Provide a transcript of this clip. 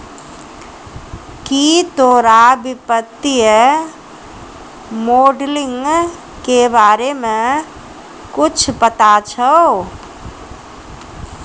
की तोरा वित्तीय मोडलिंग के बारे मे कुच्छ पता छौं